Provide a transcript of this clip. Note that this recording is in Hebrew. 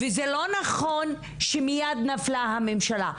וזה לא נכון שמיד נפלה הממשלה,